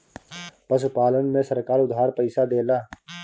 पशुपालन में सरकार उधार पइसा देला?